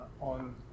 on